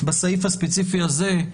בסעיף הספציפי הזה,